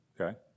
Okay